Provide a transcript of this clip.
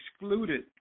excluded